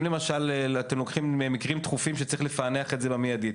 אם למשל אתם לוקחים מקרים דחופים שצריך לפענח את זה במיידית,